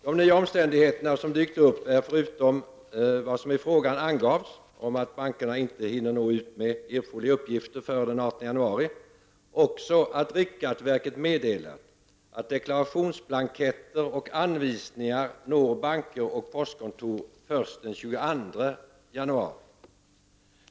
De nya omständigheter som dykt upp är, förutom vad som i frågan angavs om att bankerna inte hinner nå ut med erforderliga uppgifter före den 18 januari, att riksskatteverket meddelat att deklarationsblanketter och anvisningar når banker och postkontor först den 22 januari.